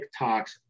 TikToks